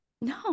No